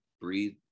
breathe